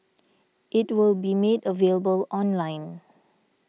it will be made available online